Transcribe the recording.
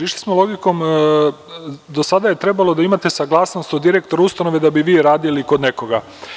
Išli smo logikom, do sada je trebalo da imate saglasnost od direktora ustanove da bi vi radili kod nekoga.